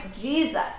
Jesus